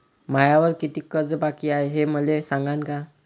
मायावर कितीक कर्ज बाकी हाय, हे मले सांगान का?